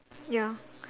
ya